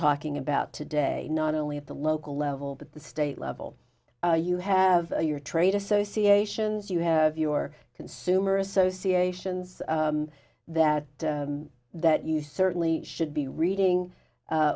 talking about today not only at the local level but the state level you have your trade associations you have your consumer associations that that you certainly should be reading